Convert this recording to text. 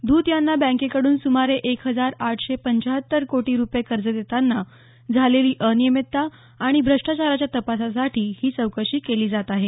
धूत यांना बँकेकडून सुमारे एक हजार आठशे पंच्याहत्तर कोटी रुपये कर्ज देताना झालेली अनियमितता आणि भ्रष्टाचाराच्या तपासासाठी ही चौकशी केली जात आहे